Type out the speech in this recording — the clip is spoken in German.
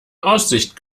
aussicht